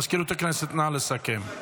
מזכירות הכנסת, נא לסכם.